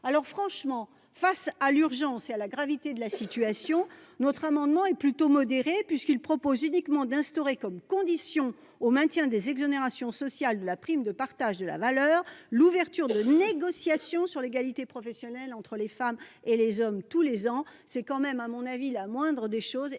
lutter. Franchement, face à l'urgence et à la gravité de la situation, notre amendement est plutôt modéré, puisqu'il tend uniquement à instaurer comme condition au maintien des exonérations sociales de la PPV l'ouverture de négociations sur l'égalité professionnelle entre les femmes et les hommes tous les ans. C'est tout de même la moindre des choses. J'espère